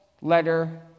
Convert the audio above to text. letter